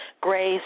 grace